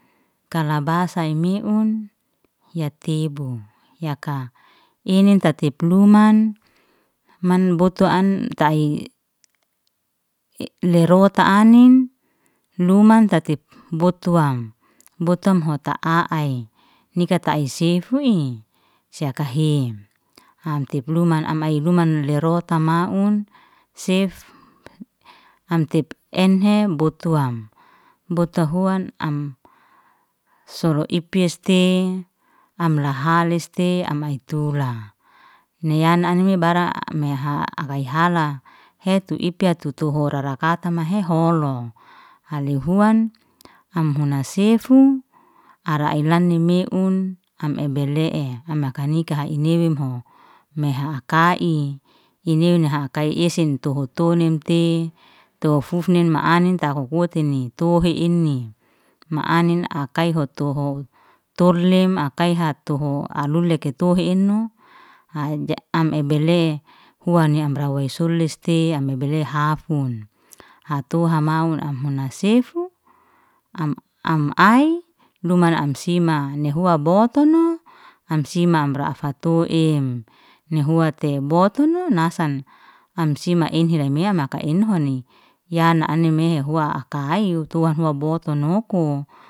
Kalabasa i meun ya tebu yaka inen ta tep luman man botu'an tai lerohu ta anin, luman ta tip botwam, botam hua ta'a ai nika ta'ai sefu ei sia kahe, am tip luman am ai luman lerota maun sef, am tep enhe botwan, botu huan am solo ipies te am hahales te am ai tula. Ni anin me bar m hala hettu ipya tutu hora rara kata mahe holo, hali huan am huna sefu ara alaini meun, m i bele leke am haka nika i newemho me haka'i i neweha kai esen tuhutonim te tofufufne ma anin ta hu- hutini tohe inni, ma anin ai kaiho tuho tolem ai kaha tu hu aluleke tohe enhu am ebele huanni amra wai suliste am ebele hafun. hatoha maun am huna sefu am- am ai luman am sima nihua botono am sima amr afatoim nihua te botono nasam, am sima enhe rai meka enhoni ya anin mehe hua aka'i hayu tuhua botono hoku.